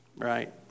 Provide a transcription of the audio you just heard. Right